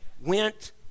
went